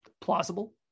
plausible